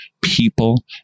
people